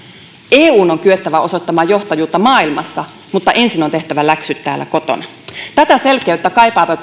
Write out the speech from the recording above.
eun on kyettävä osoittamaan johtajuutta maailmassa mutta ensin on tehtävä läksyt täällä kotona tätä selkeyttä kaipaavat